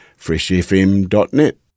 freshfm.net